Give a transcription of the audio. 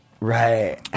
Right